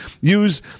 use